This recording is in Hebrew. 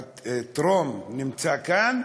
הטרומי, נמצא כאן,